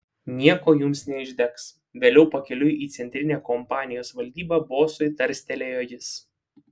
nieko jums neišdegs vėliau pakeliui į centrinę kompanijos valdybą bosui tarstelėjo jis